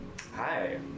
Hi